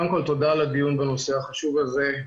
קודם כל תודה על הדיון בנושא החשוב הזה.